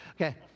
Okay